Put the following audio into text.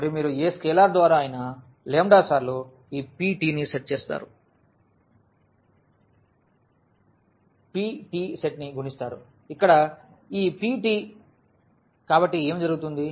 మరియు మీరు ఏ స్కేలార్ ద్వారా అయినా లాంబ్డా సార్లు ఈ ptసెట్ ని గుణిస్తారు ఇక్కడ ఈ pt కాబట్టి ఏమి జరుగుతుంది